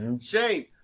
Shane